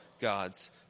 God's